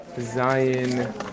Zion